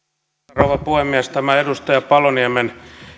rouva puhemies tämä edustaja paloniemen